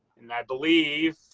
and i believe,